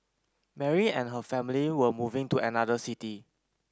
Mary and her family were moving to another city